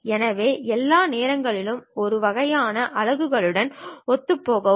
எனவே எல்லா நேரங்களுடனும் ஒரு வகையான அலகுகளுடன் ஒத்துப்போகவும்